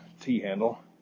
t-handle